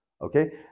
Okay